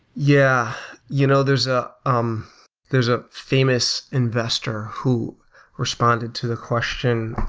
yeah. you know there's ah um there's a famous investor who responded to the question,